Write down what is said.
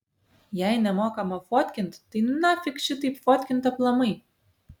jei nemokama fotkint tai nafik šitaip fotkint aplamai